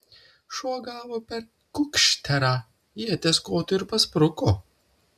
šuo gavo per kukšterą ieties kotu ir paspruko